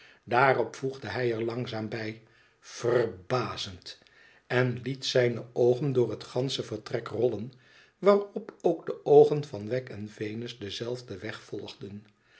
daarop voegde hij er langzaam bij ver ba zend en liet zijne oogen door het gansche vertrek rollen waarop ook de oogen van wegg en venus denzelfden weg volgden